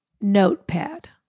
notepad